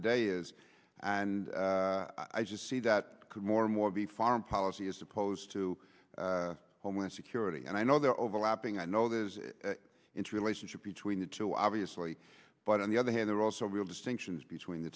the day is and i just see that could more and more be foreign policy is supposed to homeland security and i know they're overlapping i know the interlacing ship between the two obviously but on the other hand there are also real distinctions between the